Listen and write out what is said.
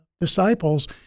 disciples